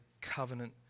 covenant